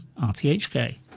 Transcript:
RTHK